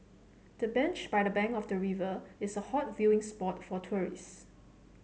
the bench by the bank of the river is a hot viewing spot for tourists